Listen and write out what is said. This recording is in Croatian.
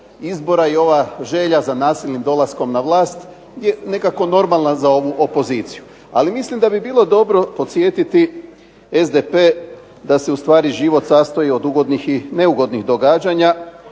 izbora i ova želja za nasilnim dolaskom na vlast je nekako normalna za ovu opoziciju. Ali mislim da bi bilo dobro podsjetiti SDP da se ustvari život sastoji od ugodnih i neugodnih događanja